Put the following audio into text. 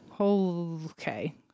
Okay